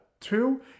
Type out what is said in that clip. Two